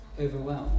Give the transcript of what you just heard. overwhelmed